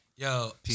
Yo